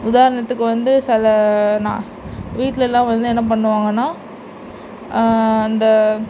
உதாரணத்துக்கு வந்து சில நான் வீட்லெலாம் வந்து என்ன பண்ணுவாங்கனால் இந்த